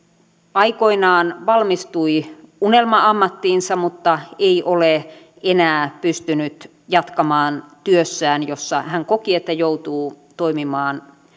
aikoinaan valmistui unelma ammattiinsa mutta ei ole enää pystynyt jatkamaan työssään jossa hän koki että joutuu toimimaan